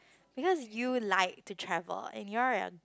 because you like to travel and you're a